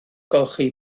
golchi